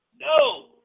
No